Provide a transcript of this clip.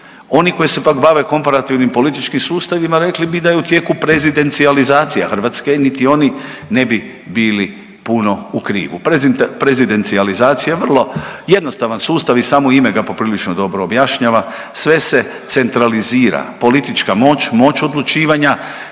Oni koji se pak bave komparativnim političkim sustavima rekli bi da je u tijeku prezidencijalizacija Hrvatske, niti oni ne bi bili puno u krivu. Prezidencijalizacija je vrlo jednostavan sustav i samo ime ga poprilično dobro objašnjava, sve se centralizira, politička moć, moć odlučivanja,